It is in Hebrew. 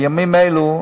בימים אלה,